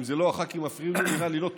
אם זה לא הח"כים מפריעים לי, נראה לי לא טוב.